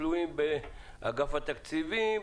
תלויים באגף התקציבים,